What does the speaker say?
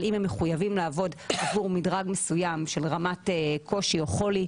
אבל אם הם מחויבים לעבוד עבור מדרג מסוים של רמת קושי או חולי,